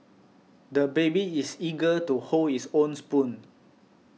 the baby is eager to hold his own spoon